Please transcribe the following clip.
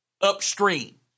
upstream